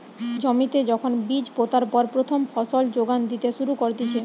জমিতে যখন বীজ পোতার পর প্রথম ফসল যোগান দিতে শুরু করতিছে